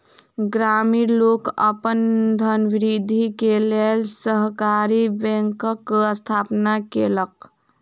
ग्रामीण लोक अपन धनवृद्धि के लेल सहकारी बैंकक स्थापना केलक